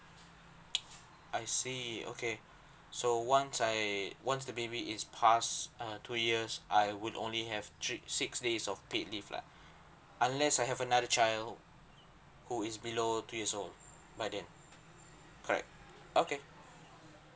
I see okay so once so I once the baby is pass uh two years I would only have three six days of paid leave lah unless I have another child who is below two years old by then correct okay